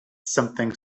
something